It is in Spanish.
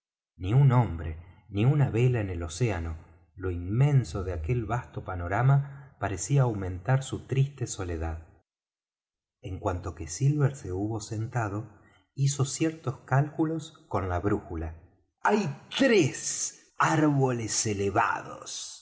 ni un hombre ni una vela en el océano lo inmenso de aquel vasto panorama parecía aumentar su triste soledad en cuanto que silver se hubo sentado hizo ciertos cálculos con la brújula hay tres árboles elevados